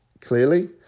clearly